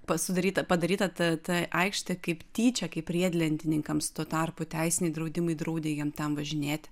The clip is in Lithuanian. pasudaryta padaryta ta ta aikštė kaip tyčia kaip riedlentininkams tuo tarpu teisiniai draudimai draudė jiem ten važinėti